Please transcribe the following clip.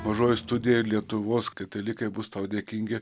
mažoji studija lietuvos katalikai bus tau dėkingi